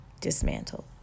dismantled